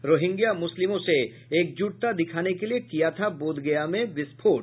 Rohingya मुस्लिमों से एकजुटता दिखाने के लिए किया था बोधगया में विस्फोट